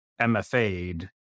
MFA'd